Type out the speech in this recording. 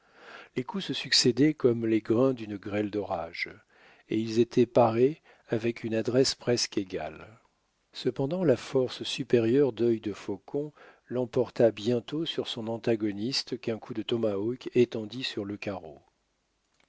les coups se succédaient comme les grains d'une grêle d'orage et ils étaient parés avec une adresse presque égale cependant la force supérieure dœil de faucon l'emporta bientôt sur son antagoniste qu'un coup de tomahawk étendit sur le carreau